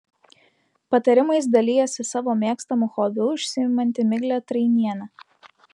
patarimais dalijasi savo mėgstamu hobiu užsiimanti miglė trainienė